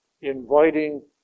inviting